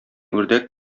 үрдәк